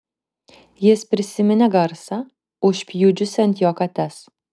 jis prisiminė garsą užpjudžiusį ant jo kates